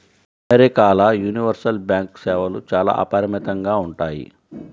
అమెరికాల universal bank సేవలు చాలా అపరిమితంగా ఉంటాయి